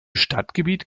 stadtgebiet